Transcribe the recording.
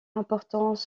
importants